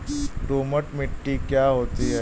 दोमट मिट्टी क्या होती हैं?